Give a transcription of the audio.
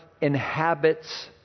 inhabits